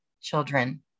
children